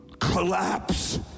collapse